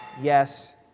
yes